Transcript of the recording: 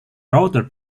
router